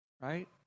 right